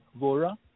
Vora